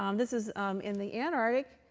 um this is in the antarctic.